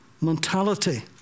mentality